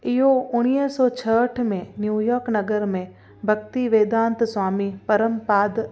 इहो उणिवीह सौ छहाठि में न्यूयॉर्क नगर में भक्तिवेदांत स्वामी परंपाद